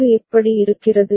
இது எப்படி இருக்கிறது